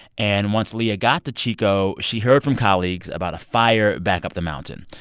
and once leah got to chico, she heard from colleagues about a fire back up the mountain,